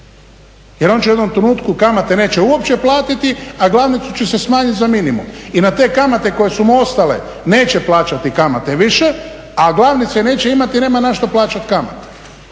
Jer on će u jednom trenutku, kamate uopće neće platiti, a glavnica će se smanjiti za minimum. I na te kamate koje su mu ostale neće plaćati kamate više, a glavnice neće imati jer nema na što plaćati kamate.